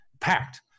Packed